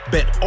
Bet